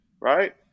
right